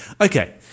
Okay